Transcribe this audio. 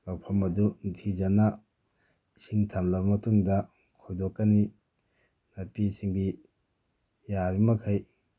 ꯂꯧꯐꯝ ꯑꯗꯨ ꯅꯤꯡꯊꯤꯖꯅ ꯏꯁꯤꯡ ꯊꯜꯂꯕ ꯃꯇꯨꯡꯗ ꯈꯣꯏꯗꯣꯛꯀꯅꯤ ꯅꯥꯄꯤ ꯁꯤꯡꯕꯤ ꯌꯥꯔꯤ ꯃꯈꯩ